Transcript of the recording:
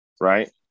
right